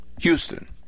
Houston